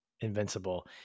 Invincible